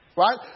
Right